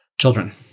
children